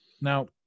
Now